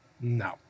no